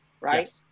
right